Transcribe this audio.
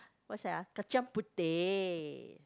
what's that ah kacang puteh